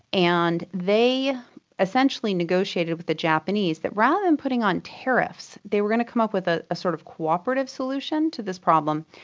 and they essentially negotiated with the japanese that rather than putting on tariffs they were going to come up with a ah sort of cooperative solution to this problem,